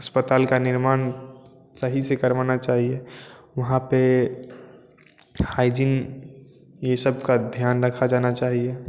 अस्पताल का निर्माण सही से करवाना चाहिए वहाँ पर हाइजीन ये सब का ध्यान रखा जाना चाहिए